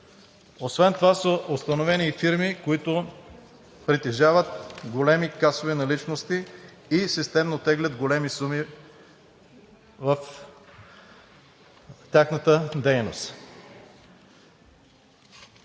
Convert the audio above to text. Освен това са установени и фирми, притежаващи големи касови наличности, и системно теглят големи суми от тяхната дейност.